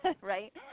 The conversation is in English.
right